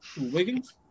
Wiggins